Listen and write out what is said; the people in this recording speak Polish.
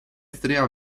stryja